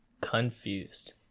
confused